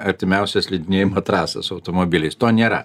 artimiausią slidinėjimo trasą su automobiliais to nėra